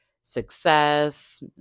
success